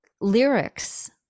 lyrics